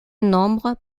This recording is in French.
nombre